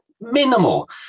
minimal